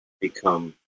become